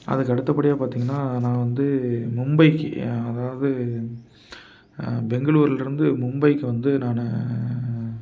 அதுக்கு அடுத்தபடியாக பார்த்திங்கன்னா நான் வந்து மும்பைக்கு அதாவது பெங்குளுரில் இருந்து மும்பைக்கு வந்து நான்